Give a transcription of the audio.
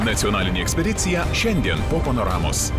nacionalinė ekspedicija šiandien po panoramos